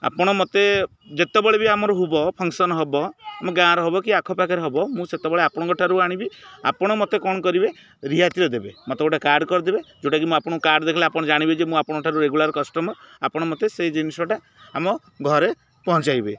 ଆପଣ ମତେ ଯେତେବେଳେ ବି ଆମର ହବ ଫଙ୍କସନ୍ ହବ ଆମ ଗାଁର ହବ କି ଆଖ ପାଖରେ ହବ ମୁଁ ସେତେବେଳେ ଆପଣଙ୍କ ଠାରୁ ଆଣିବି ଆପଣ ମତେ କ'ଣ କରେ ରିହାତିରେ ଦେବେ ମତେ ଗୋଟେ କାର୍ଡ଼ କରିଦେବେ ଯେଉଁଟାକି ମୁଁ ଆପଣଙ୍କୁ କାର୍ଡ଼ ଦେଖିଲେ ଆପଣ ଜାଣିବେ ଯେ ମୁଁ ଆପଣଙ୍କ ଠାରୁ ରେଗୁଲାର୍ କଷ୍ଟମର୍ ଆପଣ ମତେ ସେଇ ଜିନିଷଟା ଆମ ଘରେ ପହଞ୍ଚାଇବେ